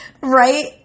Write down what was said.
right